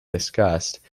discussed